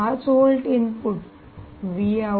5 volt input 3